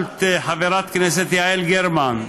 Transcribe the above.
שאלת, חברת הכנסת יעל גרמן,